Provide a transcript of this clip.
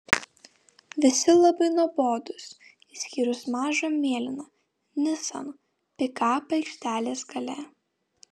visi labai nuobodūs išskyrus mažą mėlyną nissan pikapą aikštelės gale